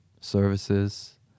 services